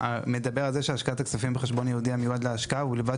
מדבר על זה שהשקעת הכספים בחשבון ייעודי המיועד להשקעה הוא בלבד